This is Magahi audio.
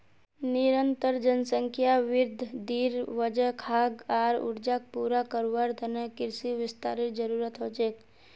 निरंतर जनसंख्या वृद्धिर वजह खाद्य आर ऊर्जाक पूरा करवार त न कृषि विस्तारेर जरूरत ह छेक